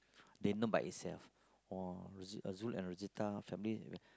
they know by itself oh Zul and Rozita family